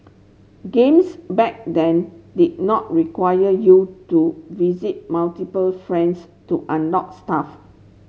games back then did not require you to visit multiple friends to unlock stuff